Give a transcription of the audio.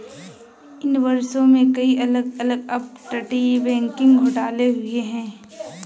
इन वर्षों में, कई अलग अलग अपतटीय बैंकिंग घोटाले हुए हैं